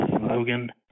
Logan